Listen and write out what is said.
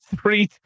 three